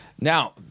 Now